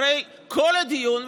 הרי כל הדיון,